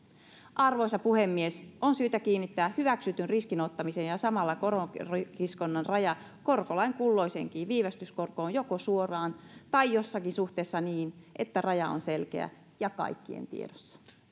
arvoisa puhemies on syytä kiinnittää hyväksytyn riskinottamisen ja samalla koronkiskonnan raja korkolain kulloiseenkin viivästyskorkoon joko suoraan tai jossakin suhteessa niin että raja on selkeä ja kaikkien tiedossa